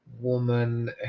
woman